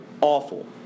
Awful